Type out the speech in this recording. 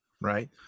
right